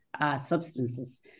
substances